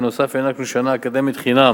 ובנוסף הענקנו שנה אקדמית חינם